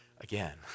again